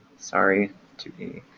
sorry to be.